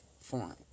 form